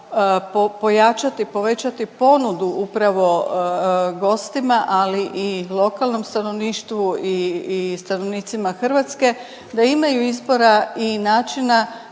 pojačati i povećati ponudu upravo gostima, ali i lokalnom stanovništvu i, i stanovnicima Hrvatske, da imaju izbora i načina